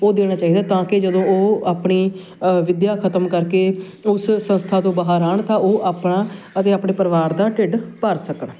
ਉਹ ਦੇਣਾ ਚਾਹੀਦਾ ਤਾਂ ਕਿ ਜਦੋਂ ਉਹ ਆਪਣੀ ਵਿੱਦਿਆ ਖਤਮ ਕਰਕੇ ਉਸ ਸੰਸਥਾ ਤੋਂ ਬਾਹਰ ਆਉਣ ਤਾਂ ਉਹ ਆਪਣਾ ਅਤੇ ਆਪਣੇ ਪਰਿਵਾਰ ਦਾ ਢਿੱਡ ਭਰ ਸਕਣ